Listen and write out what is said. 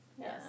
Yes